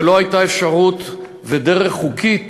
ולא הייתה אפשרות ודרך חוקית